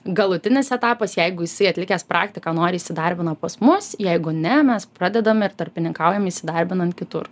galutinis etapas jeigu jisai atlikęs praktiką nori įsidarbina pas mus jeigu ne mes pradedam ir tarpininkaujam įsidarbinant kitur